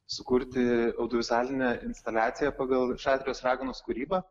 sukurti audivizualinę instaliaciją pagal šatrijos raganos kūrybą